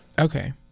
Okay